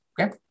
okay